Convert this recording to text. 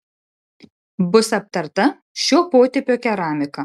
bus aptarta šio potipio keramika